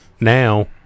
Now